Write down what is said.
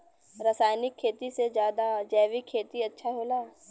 रासायनिक खेती से ज्यादा जैविक खेती अच्छा होला